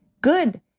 good